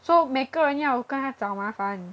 so 每个人要跟她找麻烦